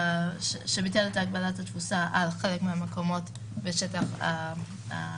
ביטל את הגבלת התפוסה על חלק מהמקומות בשטח הפתוח,